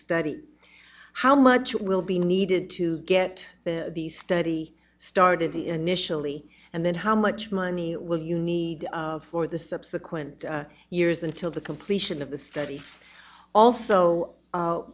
study how much will be needed to get the study started the initially and then how much money will you need of for the subsequent years until the completion of the study also